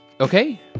okay